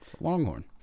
Longhorn